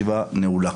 (הישיבה נפסקה בשעה 17:42 ונתחדשה בשעה 18:15.) טוב,